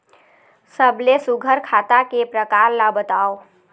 सबले सुघ्घर खाता के प्रकार ला बताव?